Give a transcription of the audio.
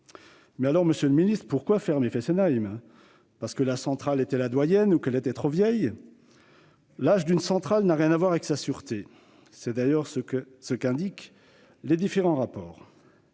Alors, monsieur le ministre, pourquoi fermer Fessenheim ? Était-ce parce que la centrale était la doyenne du parc, ou qu'elle était trop vieille ? L'âge d'une centrale n'a rien à voir avec sa sûreté ; c'est d'ailleurs ce qu'indiquent les différents rapports.